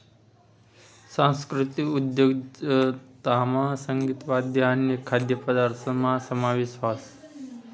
सांस्कृतिक उद्योजकतामा संगीत, वाद्य आणि खाद्यपदार्थसना समावेश व्हस